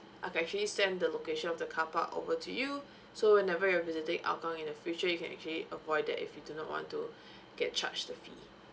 I can actually send the location of the carpark over to you so whenever you're visiting hougang in the future you can actually avoid that if you do not want to get charged with the fee